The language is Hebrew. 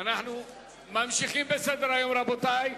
אנחנו ממשיכים בהצעות החוק, רבותי.